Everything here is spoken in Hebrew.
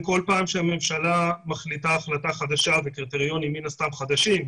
כל פעם שהממשלה מחליטה החלטה חדשה וקריטריונים מן הסתם חדשים,